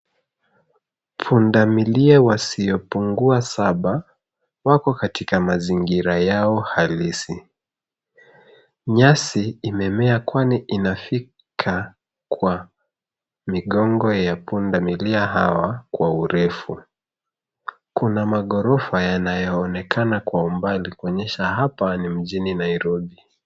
Pundamilia wasiopungua saba, wako katika mazingira yao halisi. Nyasi imemea kwani inafika kwa migongo ya pundamilia hawa kwa urefu. Kuna maghorofa yanaonekana kwa umbali kuonyesha hapa ni mjini Nairobi.